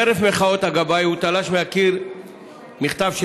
חרף מחאות הגבאי הוא תלש מהקיר מכתב של